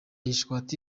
gishwati